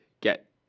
get